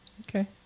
Okay